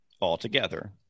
altogether